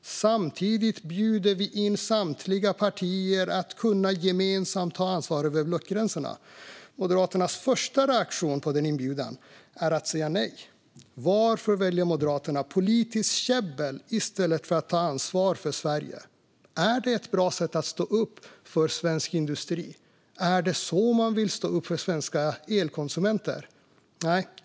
Samtidigt bjuder vi in samtliga partier att gemensamt ta ansvar över blockgränserna. Moderaternas första reaktion på denna inbjudan är att säga nej. Varför väljer Moderaterna politiskt käbbel i stället för att ta ansvar för Sverige? Är det ett bra sätt att stå upp för svensk industri? Är det så man vill stå upp för svenska elkonsumenter?